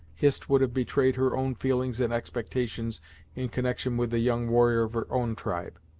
hist would have betrayed her own feelings and expectations in connection with the young warrior of her own tribe.